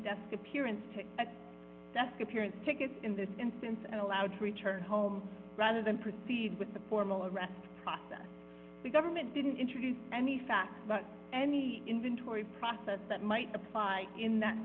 desk appearance to appearance ticket in this instance and allowed to return home rather than proceed with the formal arrest process the government didn't introduce any facts about any inventory process that might apply in that